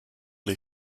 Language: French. les